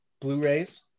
Blu-rays